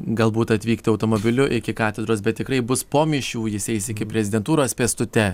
galbūt atvykt automobiliu iki katedros bet tikrai bus po mišių jis eis iki prezidentūros pėstute